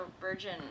Virgin